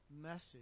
message